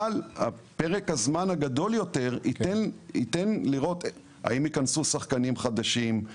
אבל פרק הזמן הגדול יותר ייתן לראות האם ייכנסו שחקנים חדשים,